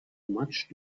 much